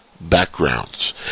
backgrounds